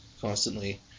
constantly